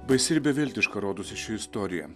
baisi ir beviltiška rodosi ši istorija